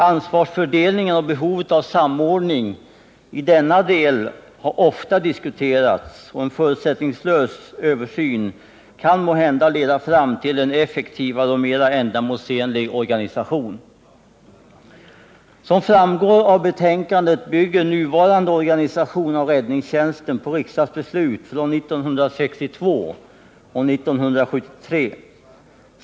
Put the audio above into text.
Ansvarsfördelningen och behovet av samordning i denna del har ofta diskuterats, och en förutsättningslös översyn kan måhända leda fram till en effektivare och mer ändamålsenlig organisation. Som framgår av betänkandet bygger nuvarande organisation av räddningstjänsten på riksdagsbeslut från 1962 och 1973.